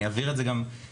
אני אעביר את זה גם לוועדה.